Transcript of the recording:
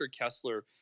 Kessler